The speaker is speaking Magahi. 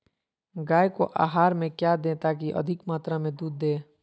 गाय को आहार में क्या दे ताकि अधिक मात्रा मे दूध दे?